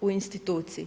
u instituciji.